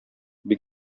бик